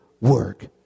work